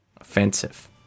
Offensive